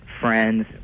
friends